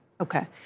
Okay